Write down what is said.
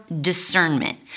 discernment